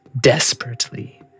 desperately